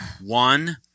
One